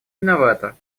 виновата